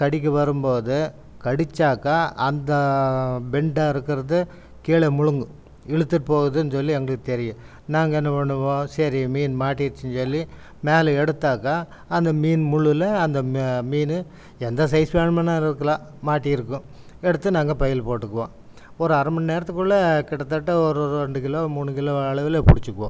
கடிக்க வரும் போது கடித்தாக்கா அந்த பெண்டாக இருக்கிறத கீழே முழுங்கும் இழுத்துட்டு போகுதுன்னு சொல்லி எங்களுக்கு தெரியும் நாங்கள் என்ன பண்ணுவோம் சரி மீன் மாட்டிடுச்சுன்னு சொல்லி மேலே எடுத்தாக்கா அந்த மீன் முள்ளில் அந்த ம மீன் எந்த சைஸ் வேணுமுன்னா இருக்கலாம் மாட்டியிருக்கும் எடுத்து நாங்க பையில் போட்டுக்குவோம் ஒரு அரை மணி நேரத்துக்குள் கிட்டத்தட்ட ஒரு ஒரு ரெண்டு கிலோ மூணு கிலோ அளவில் பிடிச்சிக்குவோம்